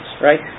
right